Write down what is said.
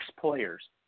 players